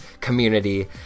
community